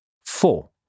Four